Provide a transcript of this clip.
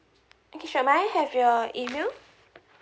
okay sure may I have your email